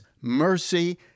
mercy